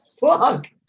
fuck